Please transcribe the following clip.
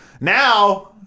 Now